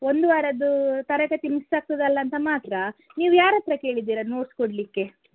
ಒಂದು ವಾರದ್ದು ತರಗತಿ ಮಿಸ್ ಆಗ್ತದಲ್ಲ ಅಂತ ಮಾತ್ರ ನೀವು ಯಾರ ಹತ್ತಿರ ಕೇಳಿದ್ದೀರ ನೋಟ್ಸ್ ಕೊಡಲಿಕ್ಕೆ